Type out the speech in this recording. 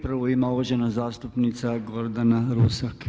Prvu ima uvažena zastupnica Gordan Rusak.